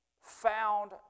found